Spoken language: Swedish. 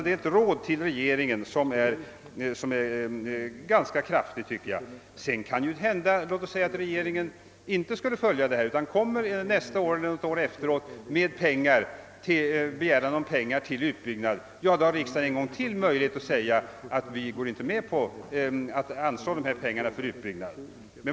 Det är alltså ett ganska kraftigt råd till regeringen, tycker jag. Sedan kan det ju hända att regeringen inte skulle följa denna linje utan nästa år eller om ett par år kommer med en begäran om pengar till utbyggnad. Då har riksdagen ännu en gång möjlighet att säga att vi inte går med på att anslå dessa pengar för utbyggnad.